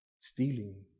stealing